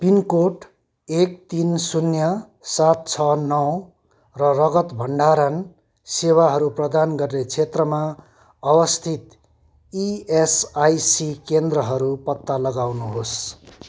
pin code एक तिन शून्य सात छ नौ र रगत भण्डारण सेवाहरू प्रदान गर्ने क्षेत्रमा अवस्थित इएसआइसी केन्द्रहरू पत्ता लगाउनुहोस्